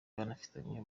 banafitanye